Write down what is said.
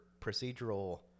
procedural